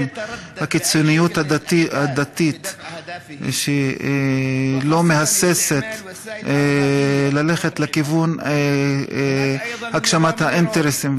בקיצוניות הדתית שלא מהססים ללכת לכיוון הגשמת האינטרסים,